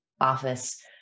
office